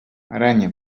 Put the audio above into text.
aranya